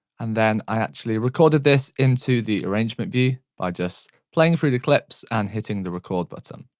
and then i actually recorded this into the arrangement view by just playing through the clips and hitting the record button.